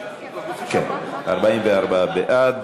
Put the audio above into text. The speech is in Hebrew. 44 בעד.